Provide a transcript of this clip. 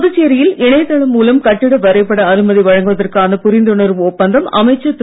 புதுச்சேரியில் இணையதளம் மூலம் கட்டிட வரைபட அனுமதி வழங்குவதற்கான புரிந்துணர்வு ஒப்பந்தம் அமைச்சர் திரு